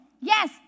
Yes